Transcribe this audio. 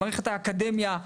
במערכת האקדמיה,